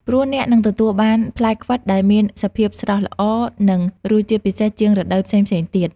ព្រោះអ្នកនឹងទទួលបានផ្លែខ្វិតដែលមានសភាពស្រស់ល្អ និងរសជាតិពិសេសជាងរដូវផ្សេងៗទៀត។